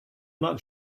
not